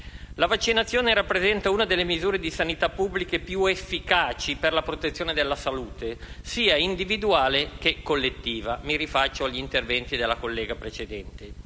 La vaccinazione rappresenta una delle misure di sanità pubblica più efficaci per la protezione della salute, sia individuale che collettiva (mi rifaccio all'intervento della collega che